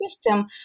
system